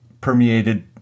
permeated